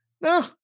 No